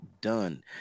done